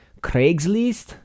Craigslist